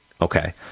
Okay